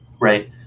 Right